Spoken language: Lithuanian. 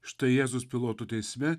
štai jėzus pilotų teisme